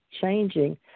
changing